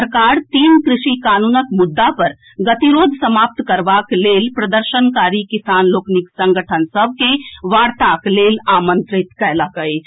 सरकार तीन कृषि कानूनक मुद्दा पर गतिरोध समाप्त करबाक लेल प्रदर्शनकारी किसान लोकनिक संगठन सभ के वार्ताक लेल आमंत्रित कयलक अछि